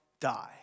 die